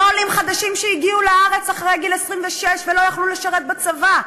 לא עולים חדשים שהגיעו לארץ אחרי גיל 26 ולא יכלו לשרת בצבא,